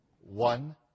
one